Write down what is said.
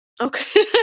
Okay